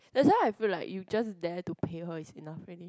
that's why I feel like you dare to pay her is enough already